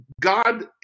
God